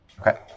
Okay